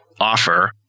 offer